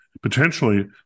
potentially